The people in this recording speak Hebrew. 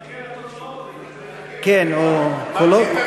מחכה לתוצאות לפני, כן, הוא, קולות,